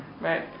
Right